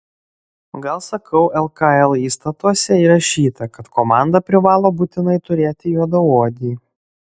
gal sakau lkl įstatuose įrašyta kad komanda privalo būtinai turėti juodaodį